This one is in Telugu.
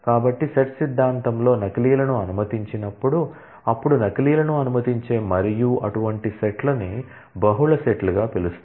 కాబట్టి సెట్ సిద్ధాంతంలో నకిలీలను అనుమతించినప్పుడు అప్పుడు నకిలీలను అనుమతించే మరియు అటువంటి సెట్లు ని బహుళ సెట్లుగా పిలుస్తారు